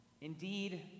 indeed